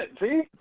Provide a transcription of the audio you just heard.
See